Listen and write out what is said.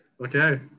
Okay